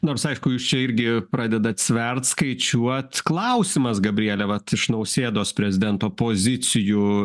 nors aišku jūs čia irgi pradedate sverti skaičiuot klausimas gabriele vat iš nausėdos prezidento pozicijų